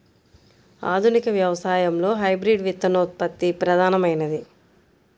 ఆధునిక వ్యవసాయంలో హైబ్రిడ్ విత్తనోత్పత్తి ప్రధానమైనది